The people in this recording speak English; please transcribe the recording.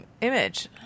image